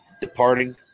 departing